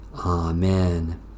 Amen